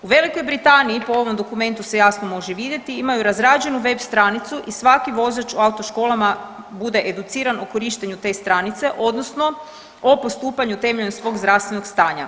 U Velikoj Britaniji po ovom dokumentu se jasno može vidjeti, imaju razrađenu web stranicu i svaki vozač u autoškolama bude educiran o korištenju te stranice odnosno o postupanju na temelju svog zdravstvenog stanja.